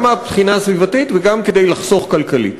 גם מהבחינה הסביבתית וגם כדי לחסוך כלכלית.